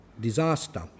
disaster